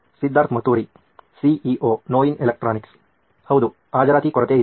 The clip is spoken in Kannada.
ಸಿದ್ಧಾರ್ಥ್ ಮತುರಿ ಸಿಇಒ ನೋಯಿನ್ ಎಲೆಕ್ಟ್ರಾನಿಕ್ಸ್ ಹೌದು ಹಾಜರಾತಿಕೊರತೆ ಇದೆ